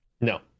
No